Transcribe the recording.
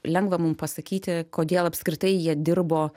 lengva mum pasakyti kodėl apskritai jie dirbo